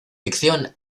ficción